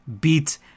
beat